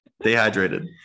Dehydrated